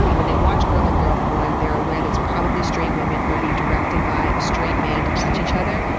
when they watch girl on girl porn, they're aware that it's probably straight women who are being directed by a straight man to touch each other,